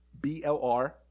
BLR